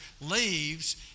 leaves